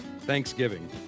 Thanksgiving